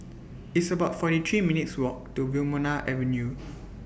It's about forty three minutes' Walk to Wilmonar Avenue